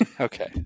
Okay